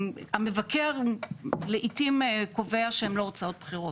המבקר לעיתים קובע שהן לא הוצאות בחירות,